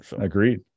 Agreed